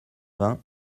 vingts